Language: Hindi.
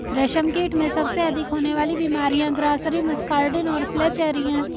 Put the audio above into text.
रेशमकीट में सबसे अधिक होने वाली बीमारियां ग्रासरी, मस्कार्डिन और फ्लैचेरी हैं